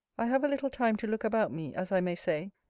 i have a little time to look about me, as i may say,